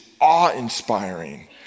awe-inspiring